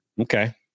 okay